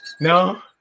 No